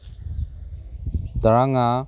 ꯇꯔꯥꯃꯉꯥ